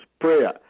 Prayer